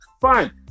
fine